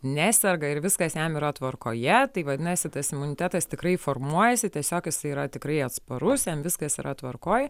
neserga ir viskas jam yra tvarkoje tai vadinasi tas imunitetas tikrai formuojasi tiesiog jisai yra tikrai atsparus jam viskas yra tvarkoj